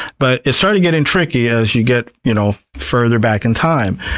but it started getting tricky as you get you know further back in time,